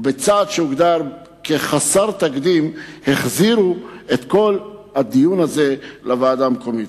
ובצעד שהוגדר כחסר תקדים הוחזרה לוועדה המקומית.